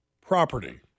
property